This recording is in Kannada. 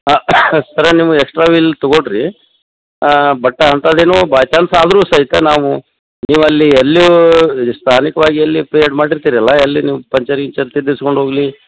ಹಾಂ ಸರ್ ನೀವು ಎಕ್ಸ್ಟ್ರಾ ವೀಲ್ ತೊಗೊಳ್ಳಿರೀ ಬಟ್ ಅಂಥದ್ದೇನೋ ಬೈ ಚಾನ್ಸ್ ಆದರೂ ಸಹಿತ ನಾವು ನೀವು ಅಲ್ಲಿ ಎಲ್ಲಿಯೂ ಸ್ಥಾನಿಕವಾಗಿ ಎಲ್ಲಿ ಪೇ ಮಾಡಿರ್ತೀರಲ್ವ ಎಲ್ಲಿ ನೀವು ಪಂಚರ್ ಗಿಂಚರ್ ತಿದ್ದಿಸ್ಸ್ಕೊಂಡು ಹೋಗಲಿ